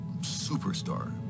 superstar